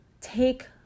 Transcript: take